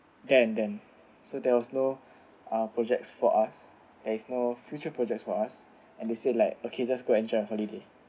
then then so there was no uh projects for us there is no future projects for us and they say like okay just go enjoy your holiday